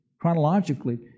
chronologically